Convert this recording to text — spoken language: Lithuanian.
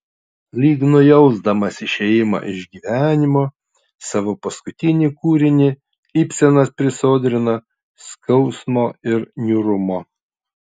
lyg nujausdamas išėjimą iš gyvenimo savo paskutinį kūrinį ibsenas prisodrina skausmo ir niūrumo